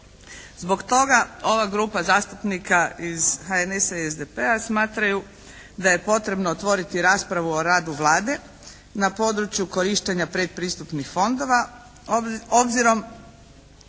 Zbog toga ova grupa zastupnika iz HNS-a i SDP-a smatraju da je potrebno otvoriti raspravu o radu Vlade na području korištenja predpristupnih fondova, obzirom